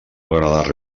agradar